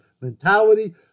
mentality